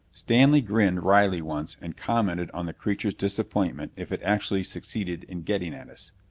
stanley grinned wryly once and commented on the creature's disappointment if it actually succeeded in getting at us.